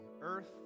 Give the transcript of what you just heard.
earth